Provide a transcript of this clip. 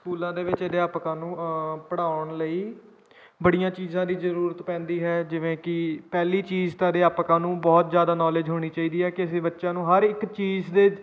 ਸਕੂਲਾਂ ਦੇ ਵਿੱਚ ਅਧਿਆਪਕਾਂ ਨੂੰ ਪੜ੍ਹਾਉਣ ਲਈ ਬੜੀਆਂ ਚੀਜ਼ਾਂ ਦੀ ਜ਼ਰੂਰਤ ਪੈਂਦੀ ਹੈ ਜਿਵੇਂ ਕਿ ਪਹਿਲੀ ਚੀਜ਼ ਤਾਂ ਅਧਿਆਪਕਾਂ ਨੂੰ ਬਹੁਤ ਜ਼ਿਆਦਾ ਨੌਲੇਜ ਹੋਣੀ ਚਾਹੀਦੀ ਹੈ ਕਿ ਅਸੀਂ ਬੱਚਿਆਂ ਨੂੰ ਹਰ ਇੱਕ ਚੀਜ਼ ਦੇ